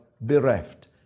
bereft